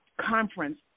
conference